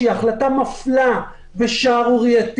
שהיא החלטה מפלה ושערורייתית,